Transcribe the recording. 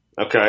Okay